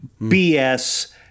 BS